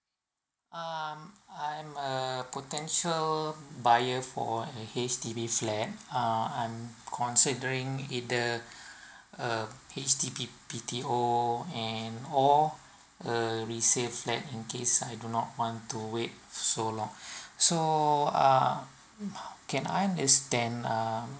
um I'm a potential buyer for a H_D_B flat uh I'm considering either uh H_D_B B_T_O and or err resale flat in case I do not want to wait so long so uh can I understand um